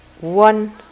one